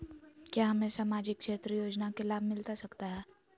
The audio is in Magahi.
क्या हमें सामाजिक क्षेत्र योजना के लाभ मिलता सकता है?